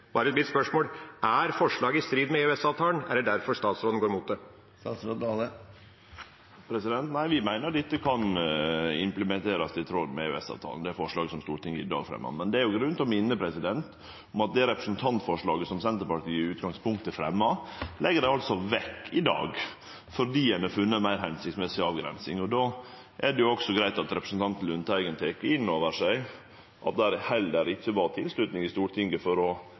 Mitt spørsmål er: Er forslaget i strid med EØS-avtalen? Er det derfor statsråden går imot det? Nei, vi meiner det forslaget som Stortinget i dag fremjar, kan implementerast, i tråd med EØS-avtalen. Men det er grunn til å minne om at det representantforslaget som Senterpartiet i utgangspunktet fremja, legg dei altså vekk i dag, fordi ein har funne ei meir hensiktsmessig avgrensing. Då er det greitt at representanten Lundteigen tek inn over seg at det heller ikkje var tilslutning i Stortinget for